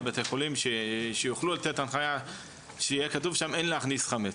בתי חולים שיוכלו לתת הנחיה שיהיה כתוב שם שאין להכניס חמץ.